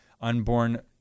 unborn